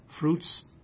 fruits